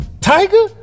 Tiger